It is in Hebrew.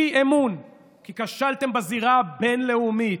אי-אמון כי כשלתם בזירה הבין-לאומית.